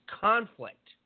conflict